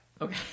Okay